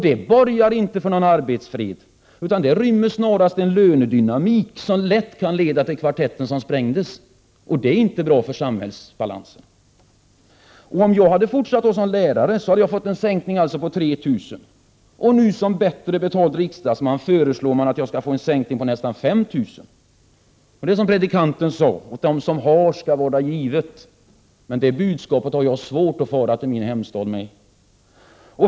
Det borgar inte för arbetsfred utan rymmer snarast en lönedynamik som lätt kan leda till kvartetten som sprängdes, och det är inte bra för samhällsbalansen. Om jag hade fortsatt som lärare hade jag fått en sänkning på ca 3 000 kr. Nu, som bättre betald riksdagsman, föreslår man att jag skall få en sänkning på nästan 5 000 kr. Det är som predikanten sade: Åt den som har skall varda givet. Men med det budskapet har jag svårt att fara till min hemstad.